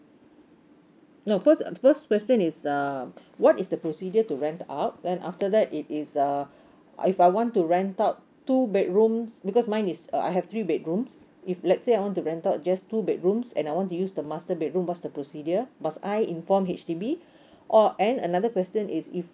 no first uh first question is uh what is the procedure to rent out then after that it is uh if I want to rent out two bedrooms because mine is uh I have three bedrooms if let's say I want to rent out just two bedrooms and I want to use the master bedroom what's the procedure must I inform H_D_B or and another question is if